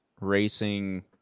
racing